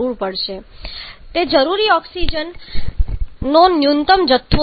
તે જરૂરી ઓક્સિજનનો ન્યૂનતમ જથ્થો છે